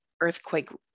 earthquake